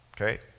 Okay